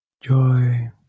joy